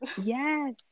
yes